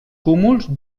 cúmuls